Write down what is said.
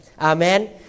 Amen